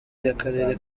y’akarere